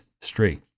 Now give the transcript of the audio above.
straight